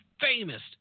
famous